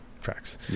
tracks